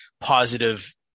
positive